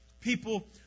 people